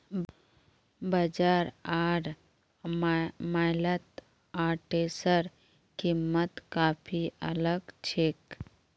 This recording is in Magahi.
बाजार आर मॉलत ओट्सेर कीमत काफी अलग छेक